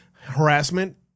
harassment